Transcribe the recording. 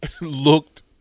looked